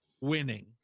winning